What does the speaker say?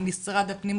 עם משרד הפנים,